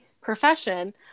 profession